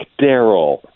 Daryl